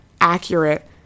accurate